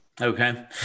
Okay